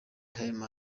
time